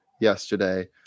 yesterday